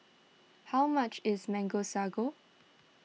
how much is Mango Sago